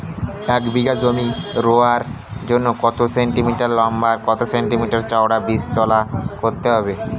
এক বিঘা জমি রোয়ার জন্য কত সেন্টিমিটার লম্বা আর কত সেন্টিমিটার চওড়া বীজতলা করতে হবে?